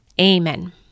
Amen